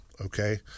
okay